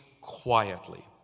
quietly